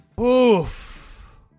Oof